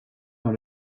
dans